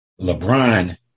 LeBron